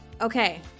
Okay